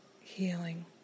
healing